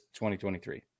2023